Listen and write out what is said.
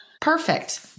perfect